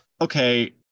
Okay